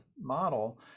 model